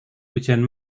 ujian